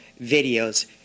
videos